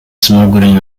smuggling